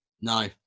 No